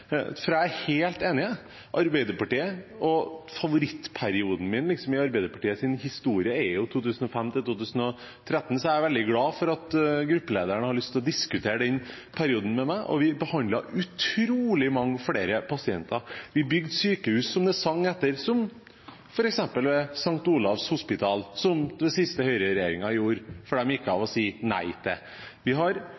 for jeg er helt enig: Favorittperioden i Arbeiderpartiets historie er for meg 2005–2013, så jeg er veldig glad for at gruppelederen har lyst til å diskutere den perioden med meg. Vi behandlet utrolig mange flere pasienter, vi bygde sykehus så det sang etter – som f.eks. St. Olavs Hospital, som regjeringen med Høyre som det siste den gjorde før den gikk av,